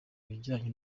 bijyanye